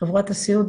חברת הסיעוד,